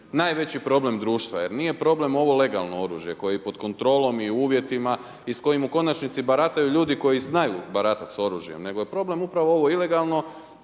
najveći problem društva. Jer nije problem ovo legalno oružje koje je i pod kontrolom i uvjetima i s kojim u konačnici barataju ljudi koji znaju baratati s oružjem nego je problem upravo ovo ilegalno.